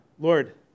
Lord